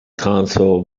console